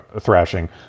thrashing